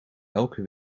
elke